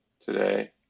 today